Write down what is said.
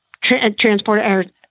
transported